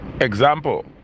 example